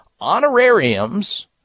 honorariums